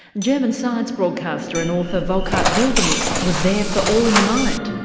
german science broadcaster and author volkart wildermuth was there for all in the mind.